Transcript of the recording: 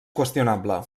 qüestionable